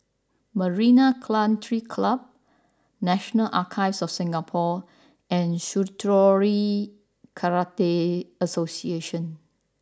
Marina Country Club National Archives of Singapore and Shitoryu Karate Association